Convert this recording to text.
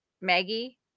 Maggie